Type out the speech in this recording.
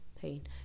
pain